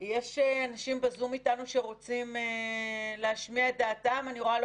על ההמלצות של רב אלוף במילואים שאול